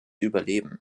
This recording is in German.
überleben